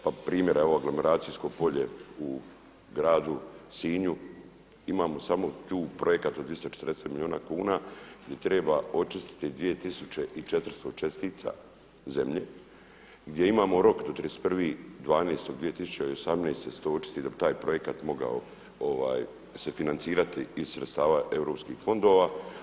Pa primjer evo aglomeracijsko polje u gradu Sinju imamo samo tu projekat od 240 milijuna kuna gdje treba očistiti 2400 čestica zemlje, gdje imamo rok do 31.12.2018. da se to očisti, da bi taj projekat mogao se financirati iz sredstava EU fondova.